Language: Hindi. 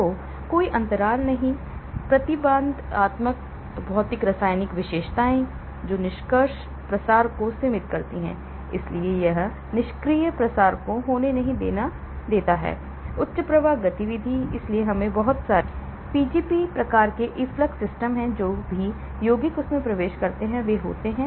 तो कोई अंतराल नहीं है प्रतिबंधात्मक भौतिक रासायनिक विशेषताएं जो निष्क्रिय प्रसार को सीमित करती हैं इसलिए यह निष्क्रिय प्रसार को होने नहीं देता है उच्च प्रवाह गतिविधि इसलिए इसमें बहुत सारे Pgp प्रकार के efflux सिस्टम हैं जो भी यौगिक इसमें प्रवेश करते हैं वे होते हैं